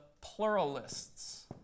pluralists